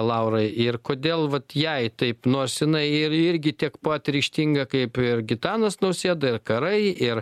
laurai ir kodėl vat jai taip nors jinai ir irgi tiek pat ryžtinga kaip ir gitanas nausėda ir karai ir